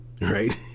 right